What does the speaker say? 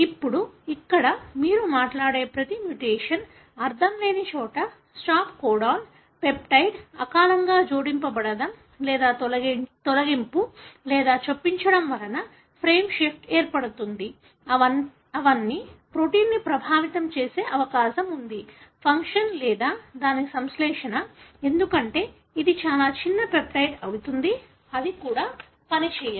ఇప్పుడు ఇక్కడ మీరు మాట్లాడే ప్రతి మ్యుటేషన్ అర్ధంలేని చోట స్టాప్ కోడాన్ పెప్టైడ్ అకాలంగా జోడించ బడటం లేదా తొలగింపు లేదా చొప్పించడం వలన ఫ్రేమ్ షిఫ్ట్ ఏర్పడుతుంది అవన్నీ ప్రోటీన్ను ప్రభావితం చేసే అవకాశం ఉంది ఫంక్షన్ లేదా దాని సంశ్లేషణ ఎందుకంటే ఇది చాలా చిన్న పెప్టైడ్ అవుతుంది అది కూడా పనిచేయదు